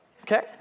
okay